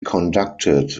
conducted